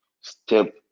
step